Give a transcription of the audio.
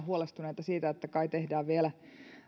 huolestuneita siitä että kai tehdään vielä